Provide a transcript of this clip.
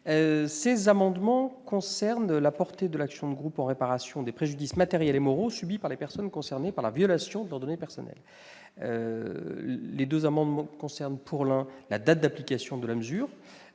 Ces amendements concernent la portée de l'action de groupe en réparation des préjudices matériels et moraux subis par les personnes concernées par la violation de leurs données personnelles, l'amendement n° 12 portant sur la date d'application de la mesure,